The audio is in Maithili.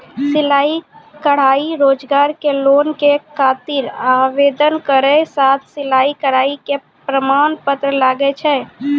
सिलाई कढ़ाई रोजगार के लोन के खातिर आवेदन केरो साथ सिलाई कढ़ाई के प्रमाण पत्र लागै छै?